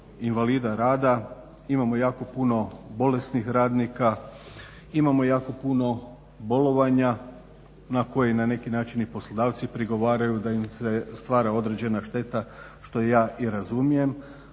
invalida rada, imamo jako puno bolesnih radnika, imamo jako puno bolovanja na koji na neki način i poslodavci prigovaraju da im se stvara određena šteta što ja i razumijem.